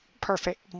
perfect